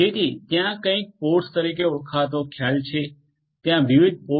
જેથી ત્યાં કંઈક પોડસ તરીકે ઓળખાતો ખ્યાલ છે ત્યાં વિવિધ પોડસ છે